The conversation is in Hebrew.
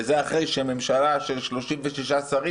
זה אחרי שממשלה של 36 שרים,